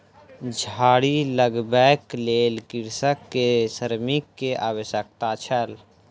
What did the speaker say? झाड़ी लगबैक लेल कृषक के श्रमिक के आवश्यकता छल